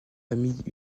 familles